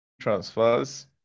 transfers